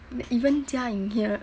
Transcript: even jia ying hear